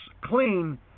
clean